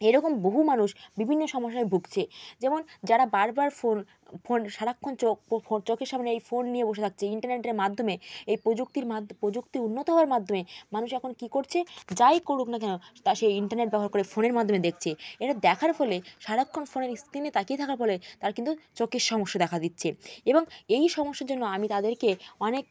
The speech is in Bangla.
এরকম বহু মানুষ বিভিন্ন সমস্যায় ভুগছে যেমন যারা বারবার ফোন ফোন সারাক্ষণ চোখ চোখের সামনে এই ফোন নিয়ে বসে থাকছে ইন্টারনেটের মাধ্যমে এই প্রযুক্তির প্রযুক্তি উন্নত হওয়ার মাধ্যমে মানুষ এখন কি করছে যাই করুক না কেন তা সে ইন্টারনেট ব্যবহার করে ফোনের মাধ্যমে দেখছে এটা দেখার ফলে সারাক্ষণ ফোনের স্ক্রিনে তাকিয়ে থাকার ফলে তার কিন্তু চোখের সমস্যা দেখা দিচ্ছে এবং এই সমস্যার জন্য আমি তাদেরকে অনেক